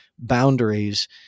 Boundaries